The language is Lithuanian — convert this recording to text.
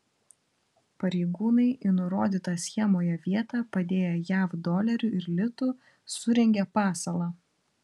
pareigūnai į nurodytą schemoje vietą padėję jav dolerių ir litų surengė pasalą